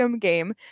game